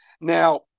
Now